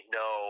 no